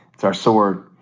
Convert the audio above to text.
it's our sword.